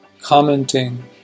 commenting